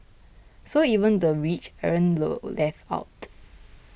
so even the rich aren't left out